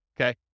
okay